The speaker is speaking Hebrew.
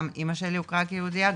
גם אמא שלי הוכר כיהודייה,